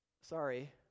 sorry